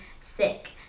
sick